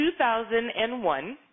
2001